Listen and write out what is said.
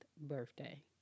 birthday